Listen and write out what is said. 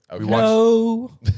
No